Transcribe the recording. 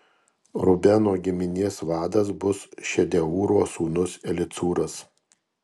rubeno giminės vadas bus šedeūro sūnus elicūras